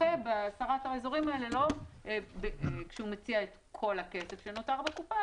נותר עוד כסף בקופה,